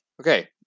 Okay